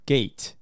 Gate